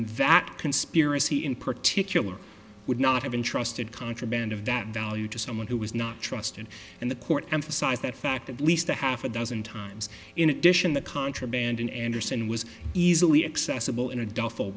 vatican spirity in particular would not have been trusted contraband of that value to someone who was not trust and and the court emphasized that fact at least a half a dozen times in addition the contraband in anderson was easily accessible in a duffel